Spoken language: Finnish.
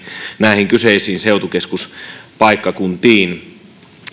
näihin kyseisiin seutukeskuspaikkakuntiin ja